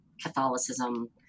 Catholicism